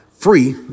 free